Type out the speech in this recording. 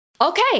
Okay